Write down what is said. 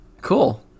cool